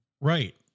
Right